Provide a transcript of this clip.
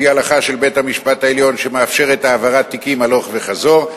שהיא הלכה של בית-המשפט העליון שמאפשרת העברת תיקים הלוך וחזור.